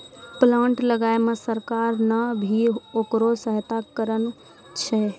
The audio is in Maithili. प्लांट लगाय मॅ सरकार नॅ भी होकरा सहायता करनॅ छै